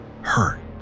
hurt